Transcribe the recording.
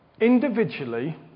Individually